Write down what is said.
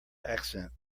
accent